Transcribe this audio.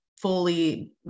fully